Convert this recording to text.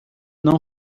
não